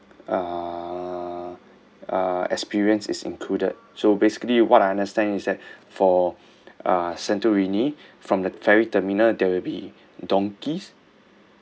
uh uh experience is included so basically what I understand is that for uh santorini from the ferry terminal there will be donkeys